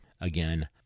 Again